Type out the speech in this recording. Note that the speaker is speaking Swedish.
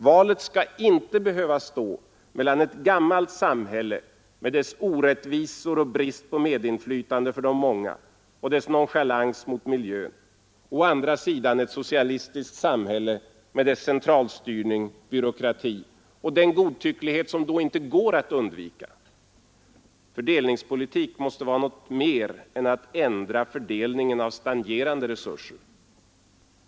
Valet skall inte behöva stå mellan å ena sidan ett gammalt samhälle med dess orättvisor och brist på medinflytande för de många och dess nonchalans mot miljön och å andra sidan ett socialistiskt samhälle med dess centralstyrning, byråkrati och den godtycklighet som då inte går att undvika. Fördelningspolitik måste vara något mera än att ändra fördelningen av stagnerande resurser.